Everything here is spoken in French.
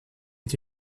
est